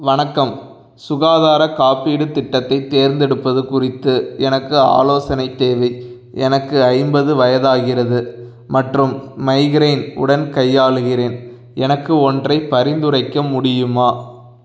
வணக்கம் சுகாதாரக் காப்பீடுத் திட்டத்தைத் தேர்ந்தெடுப்பது குறித்து எனக்கு ஆலோசனை தேவை எனக்கு ஐம்பது வயதாகிறது மற்றும் மைக்ரேன் உடன் கையாளுகிறேன் எனக்கு ஒன்றை பரிந்துரைக்க முடியுமா